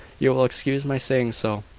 you will excuse my saying so.